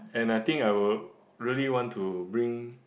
and I think I will really want to bring